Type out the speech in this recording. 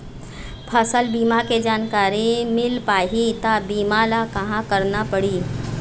फसल बीमा के जानकारी मिल पाही ता बीमा ला कहां करना पढ़ी?